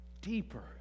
deeper